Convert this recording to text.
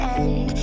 end